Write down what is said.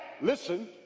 listen